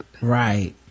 right